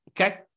Okay